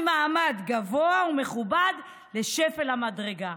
ממעמד גבוה ומכובד לשפל המדרגה.